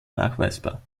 nachweisbar